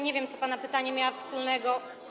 Nie wiem, co pana pytanie miało wspólnego.